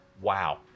Wow